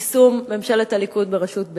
יישום ממשלת הליכוד בראשות בגין.